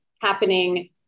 happening